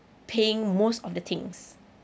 paying most of the things